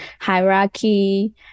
hierarchy